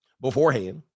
Beforehand